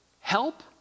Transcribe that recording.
Help